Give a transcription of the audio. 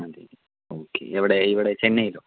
okay എവിടെ ഇവിടെ ചെന്നൈയിലോ